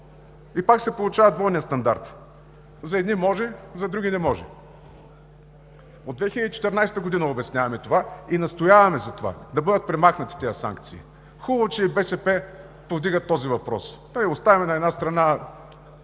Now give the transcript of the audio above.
И пак се получава двойният стандарт – за едни може, за други не може. От 2014 г. обясняваме това и настояваме за това: да бъдат премахнати тези санкции. Хубаво е, че и БСП повдига този въпрос. Оставяме на една страна